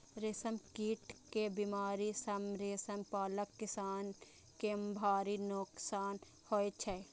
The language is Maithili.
रेशम कीट के बीमारी सं रेशम पालक किसान कें भारी नोकसान होइ छै